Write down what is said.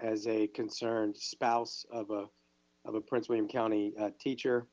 as a concerned spouse of a of a prince william county teacher